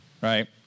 Right